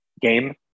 game